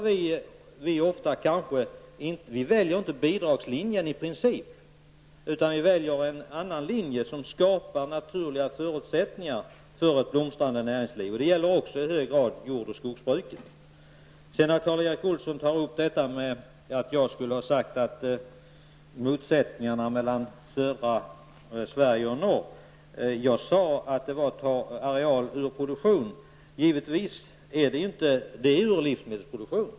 Vi väljer inte bidragslinjen i princip, utan vi väljer en annan linje som skapar naturliga förutsättningar för ett blomstrande näringsliv. Det gäller också i hög grad jord och skogsbruket. Karl Erik Olsson sade att jag hade uttalat mig om motsättningarna mellan södra och norra Sverige. Jag sade att man tar areal ur produktion, likvsmedelsproduktion.